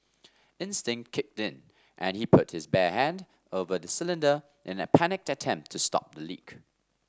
instinct kicked in and he put his bare hand over the cylinder in a panicked attempt to stop the leak